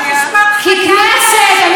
את מבינה, בית המשפט חייב להושיע אותה.